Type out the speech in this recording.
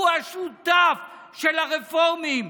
אבל מתן כהנא הוא השותף של הרפורמים,